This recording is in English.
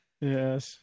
Yes